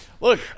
Look